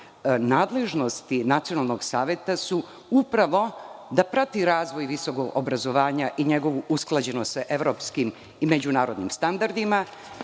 nadležnosti Nacionalnog saveta su upravo da prati razvoj visokog obrazovanja i njegovu usklađenost sa evropskim i međunarodnim standardima,